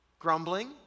Grumbling